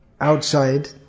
outside